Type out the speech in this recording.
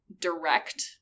direct